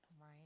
Right